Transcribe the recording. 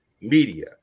media